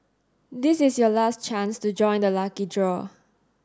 this is your last chance to join the lucky draw